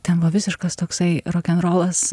ten va visiškas toksai rokenrolas